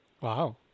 Wow